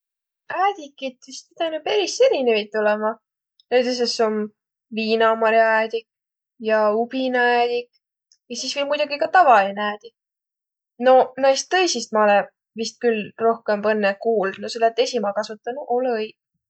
Äädikit vist pidänü peris erinevit olõma. Näütüses om viinamar'aäädik ja ubinaäädik ja sis viil muidogi ka tavalinõ äädik. Noq naist tõisist ma olõ vist küll rohkõmb õnnõ kuuldnuq, selle et esiq ma kasutanuq olõ õi.